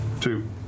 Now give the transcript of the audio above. Two